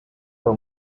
for